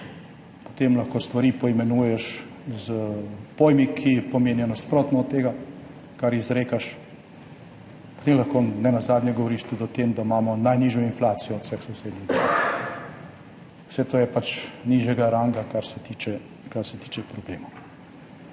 Potem lahko stvari poimenuješ s pojmi, ki pomenijo nasprotno od tega, kar izrekaš, potem lahko nenazadnje govoriš tudi o tem, da imamo najnižjo inflacijo od vseh sosednjih držav. Vse to je pač nižjega ranga, kar se tiče problemov.